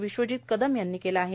विश्वजीत कदम यांनी केले आहे